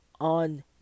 on